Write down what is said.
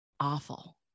awful